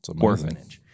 orphanage